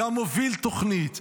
גם מוביל תוכנית,